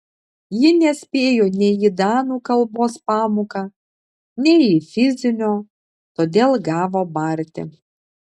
ji nespėjo nei į danų kalbos pamoką nei į fizinio todėl gavo barti